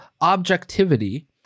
objectivity